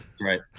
Right